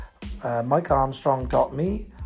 mikearmstrong.me